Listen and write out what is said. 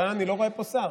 אני לא רואה פה שר.